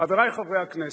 חברי חברי הכנסת,